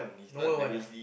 no one want ah